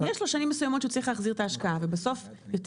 יש לו שנים מסוימות שהוא צריך כדי להחזיר את ההשקעה ובסוף יותר